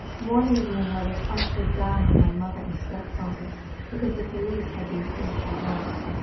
one evening i was ushered down with my mother and stepfather because the police had been called to the house.